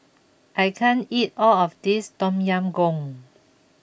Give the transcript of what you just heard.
I can't eat all of this Tom Yam Goong